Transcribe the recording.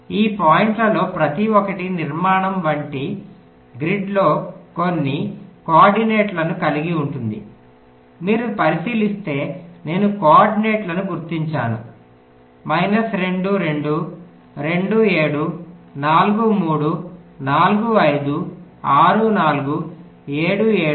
ఈ పాయింట్లలో ప్రతి ఒక్కటి నిర్మాణం వంటి గ్రిడ్లో కొన్ని కోఆర్డినేట్లను కలిగి ఉంటుంది మీరు పరిశీలిస్తే నేను కోఆర్డినేట్లను గుర్తించాను 2 2 2 7 4 3 4 5 6 4 7 7 10 2 9 5